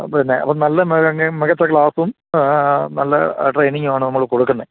പിന്നെ അപ്പോള് നല്ല തന്നെ മികച്ച ക്ലാസ്സും നല്ല ട്രെയ്നിങ്ങുമാണ് നമ്മള് കൊടുക്കുന്നത്